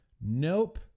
Nope